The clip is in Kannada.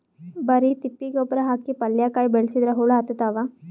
ಬರಿ ತಿಪ್ಪಿ ಗೊಬ್ಬರ ಹಾಕಿ ಪಲ್ಯಾಕಾಯಿ ಬೆಳಸಿದ್ರ ಹುಳ ಹತ್ತತಾವ?